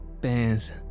Bears